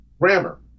grammar